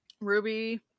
Ruby